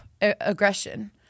aggression